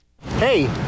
Hey